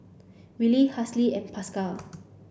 Willy Halsey and Pascal